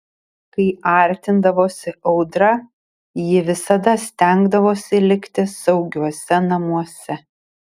kai artindavosi audra ji visada stengdavosi likti saugiuose namuose